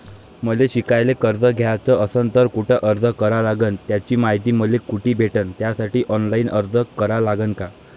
मले शिकायले कर्ज घ्याच असन तर कुठ अर्ज करा लागन त्याची मायती मले कुठी भेटन त्यासाठी ऑनलाईन अर्ज करा लागन का?